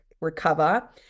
recover